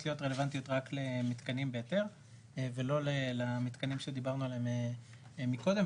להיות רלוונטיות רק למתקנים בהיתר ולא למתקנים שדיברנו עליהם קודם,